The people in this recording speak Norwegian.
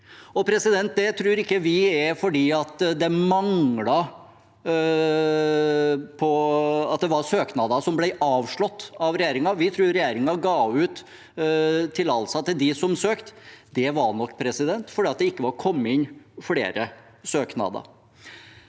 regjeringen. Det tror ikke vi er fordi det var søknader som ble avslått av regjeringen. Vi tror regjeringen ga ut tillatelser til dem som søkte. Det var nok fordi det ikke var kommet inn flere søknader.